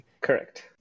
Correct